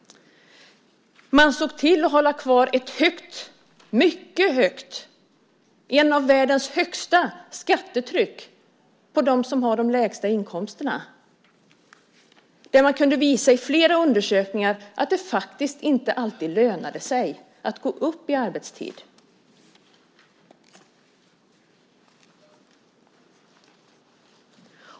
Man höll kvar ett mycket högt, ett av världens högsta, skattetryck på dem som har de lägsta inkomsterna. I flera undersökningar visade det sig att det faktiskt inte alltid lönade sig att gå upp i arbetstid.